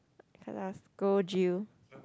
cause I scold you